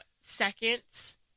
seconds-